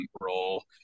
role